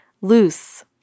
loose